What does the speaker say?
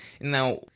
Now